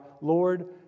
Lord